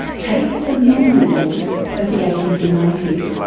take the memory wars of the eighty s and ninety s.